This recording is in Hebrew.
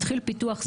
התחיל פיתוח,